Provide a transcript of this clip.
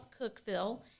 Cookville